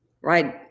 Right